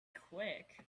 quick